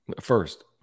first